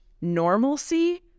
normalcy